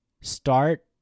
start